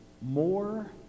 more